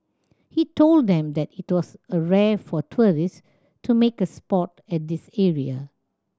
he told them that it was a rare for tourist to make a spot at this area